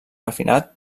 refinat